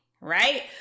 right